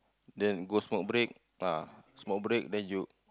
then go smoke break ah smoke break then you